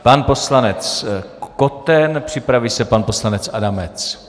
Pan poslanec Koten, připraví se pan poslanec Adamec.